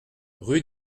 rue